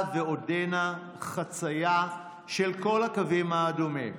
ועודנה חצייה של כל הקווים האדומים.